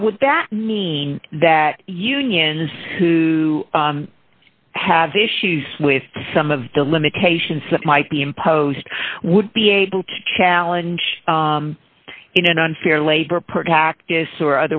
now would that mean that unions who have issues with some of the limitations that might be imposed would be able to challenge in an unfair labor practice or